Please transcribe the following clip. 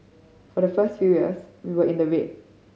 for the first few years we were in the red